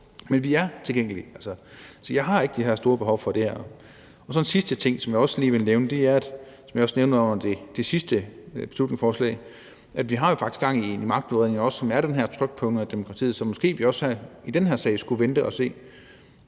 Men vi er tilgængelige. Så jeg har ikke det store behov for det her. En sidste ting, jeg lige vil nævne, og som jeg også nævnte under det sidste beslutningsforslag, er, at vi jo faktisk har gang i en magtudredning, som er den her trykprøvning af demokratiet. Så måske skulle vi også i den her sag vente og se,